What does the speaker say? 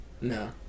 no